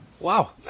Wow